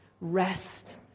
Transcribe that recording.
rest